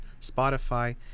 Spotify